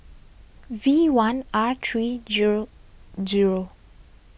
V one R three G O G O